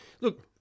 Look